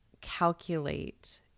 calculate